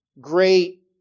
great